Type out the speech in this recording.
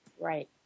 Right